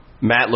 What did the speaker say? Matt